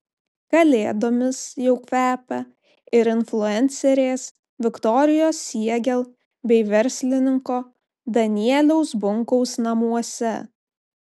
kalėdomis jau kvepia ir influencerės viktorijos siegel bei verslininko danieliaus bunkaus namuose